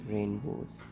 Rainbows